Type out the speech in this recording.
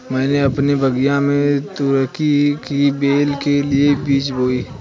मैंने अपने बगीचे में तुरई की बेल के लिए बीज बोए